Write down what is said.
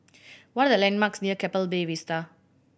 what are the landmarks near Keppel Bay Vista